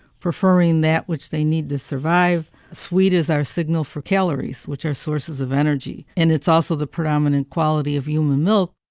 preferring that which they need to survive. sweet is our signal for calories, which are sources of energy. and it's also the predominant quality of human milk.